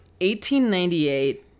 1898